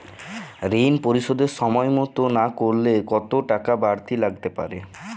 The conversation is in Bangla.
ঋন পরিশোধ সময় মতো না করলে কতো টাকা বারতি লাগতে পারে?